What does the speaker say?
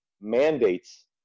mandates